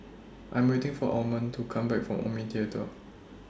I Am waiting For Almond to Come Back from Omni Theatre